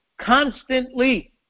constantly